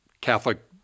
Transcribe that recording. Catholic